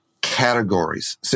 categories